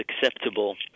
acceptable